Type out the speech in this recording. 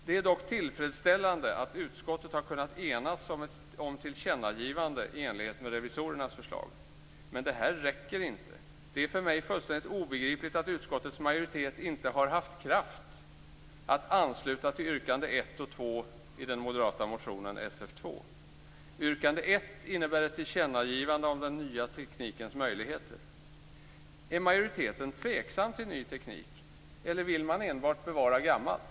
Det är dock tillfredsställande att utskottet kunnat enas om tillkännagivande i enlighet med revisorernas förslag. Men det räcker inte. Det är för mig obegripligt att utskottets majoritet inte haft kraft att ansluta sig till yrkandena 1 och 2 i den moderata motionen Sf2. Yrkande 1 innebär ett tillkännagivande om den nya teknikens möjligheter. Är majoriteten tveksam till ny teknik, eller vill man enbart bevara gammalt?